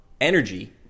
energy